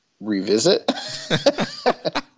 revisit